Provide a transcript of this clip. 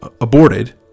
aborted